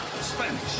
Spanish